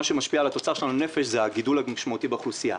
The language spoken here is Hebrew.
מה שמשפיע על התוצר שלנו לנפש זה הגידול המשמעותי באוכלוסייה.